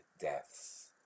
deaths